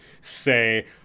say